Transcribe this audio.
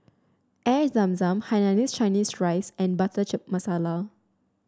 Air Zam Zam Hainanese Chicken Rice and butter chip masala